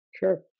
Sure